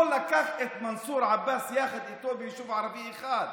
לא לקח את מנסור עבאס יחד איתו ליישוב ערבי אחד.